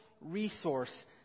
resource